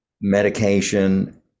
medication